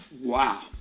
wow